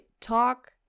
talk